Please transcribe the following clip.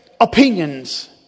opinions